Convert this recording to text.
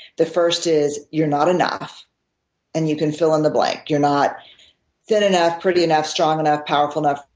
the first is you're not enough and you can fill in the blank. you're not thin enough, pretty enough, strong enough, powerful enough,